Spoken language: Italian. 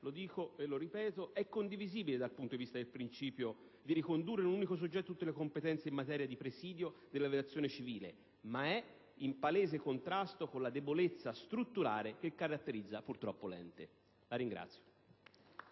comunitaria, lo ripeto, è condivisibile dal punto di vista del principio di ricondurre ad un unico soggetto tutte le competenze in materia di presidio dell'aviazione civile, ma è in palese contrasto con la debolezza strutturale che caratterizza purtroppo l'ente. *(Applausi